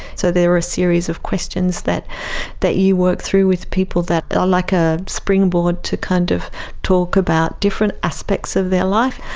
so there are a series of questions that that you work through with people that are like a spring board to kind of talk about different aspects of their life.